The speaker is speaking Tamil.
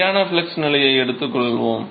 நிலையான ஃப்ளக்ஸ் நிலையை எடுத்துக் கொள்வோம்